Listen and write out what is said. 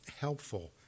helpful